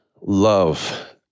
love